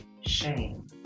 shame